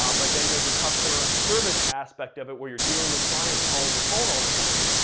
um but then there's the customer service aspect of it where you're dealing with clients calling your phone all the time.